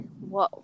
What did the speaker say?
Whoa